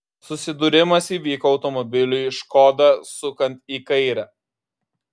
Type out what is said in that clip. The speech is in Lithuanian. susidūrimas įvyko automobiliui škoda sukant į kairę